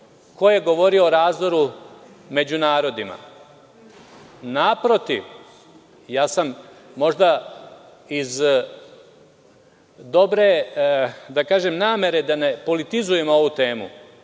je govorio o razdoru među narodima? Naprotiv, ja sam možda iz dobre namere da ne politizujem ovu temu